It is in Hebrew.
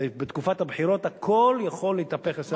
ובתקופת הבחירות הכול יכול להתהפך עשר פעמים.